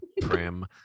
prim